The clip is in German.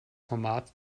format